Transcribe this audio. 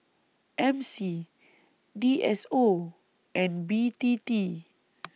M C D S O and B T T